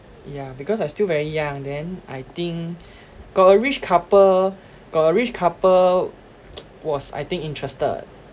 yeah because I still very young then I think got a rich couple got a rich couple was I think interested